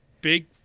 big